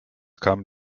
kam